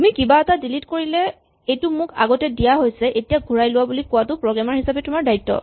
তুমি কিবা এটা ডিলিট কৰিলে এইটো মোক আগতে দিয়া হৈছিল এতিয়া ঘূৰাই লোৱা বুলি কোৱাটো প্ৰগেমাৰ হিচাপে তোমাৰ দায়িত্ব